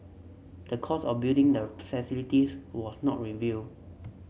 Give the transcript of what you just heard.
the cost of building the facilities was not reveal